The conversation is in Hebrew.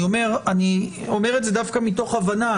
אני אומר את זה דווקא מתוך הבנה.